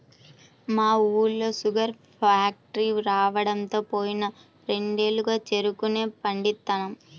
మా ఊళ్ళో sugar factory రాడంతో పోయిన రెండేళ్లుగా చెరుకునే పండిత్తన్నాం